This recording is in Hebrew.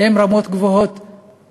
הן בהרבה מקרים ברמה גבוהה לעומת